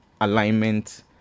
alignment